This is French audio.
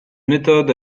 méthode